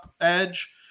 edge